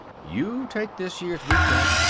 you take this year's wheat crop,